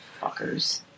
Fuckers